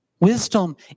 wisdom